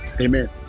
Amen